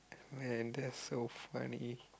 and that's so funny